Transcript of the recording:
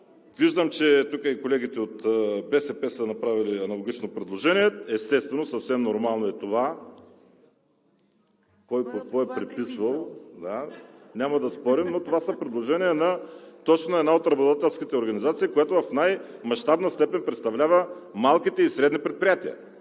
Виждам, че и колегите от БСП са направили аналогично предложение. Естествено съвсем нормално е това. (Реплики.) Кой какво е преписвал – няма да спорим. Това са предложения на една от работодателските организации, която в най-мащабна степен представлява малките и средни предприятия.